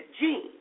gene